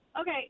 Okay